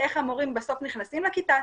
איך המורים בסוף נכנסים לכיתה,